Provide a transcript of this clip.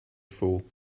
fool